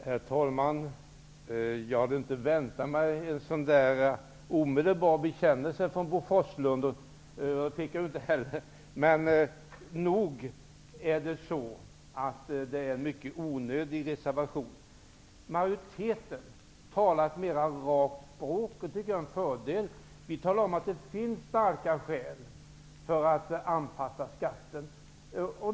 Herr talman! Jag hade inte väntat mig någon omedelbar bekännelse från Bo Forslund, och det fick jag ju inte heller. Nog är det väl ändå en mycket onödig reservation. Majoriteten i utskottet talar ett mer rakt språk. Det tycker jag är en fördel. Vi i utskottet talar om att det finns starka skäl för att anpassa skatten.